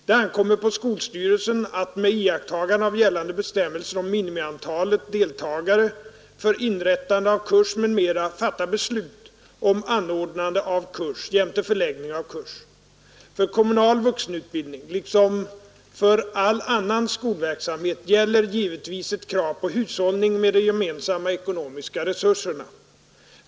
Det ankommer på skolstyrelsen att, med iakttagande av gällande bestämmelser om minimiantalet deltagare för inrättande av kurs m.m., fatta beslut om anordnande av kurs jämte förläggning av kurs. För kommunal vuxenutbildning liksom för all annan skolverksamhet gäller givetvis ett krav på hushållning med de gemensamma ekonomiska resurserna.